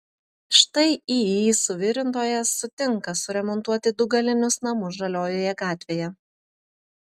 štai iį suvirintojas sutinka suremontuoti du galinius namus žaliojoje gatvėje